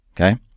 okay